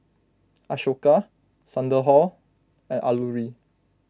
Ashoka Sunderlal and Alluri